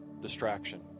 Distraction